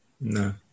No